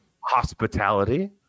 Hospitality